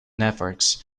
networks